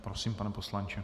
Prosím, pane poslanče.